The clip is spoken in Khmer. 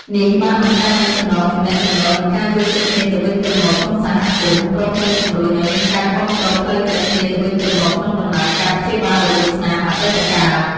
នេះបានបង្កើតនូវចំណងទំនាក់ទំនង និងការយល់ចិត្តគ្នាទៅវិញទៅមកក្នុងសហគមន៍ ព្រមទាំងជំរុញឲ្យមានការគាំទ្រផ្លូវចិត្តគ្នាទៅវិញទៅមកក្នុងដំណើរការព្យាបាលរបួសស្នាមអតីតកាល។